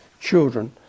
children